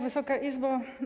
Wysoka Izbo!